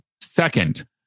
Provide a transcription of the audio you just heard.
Second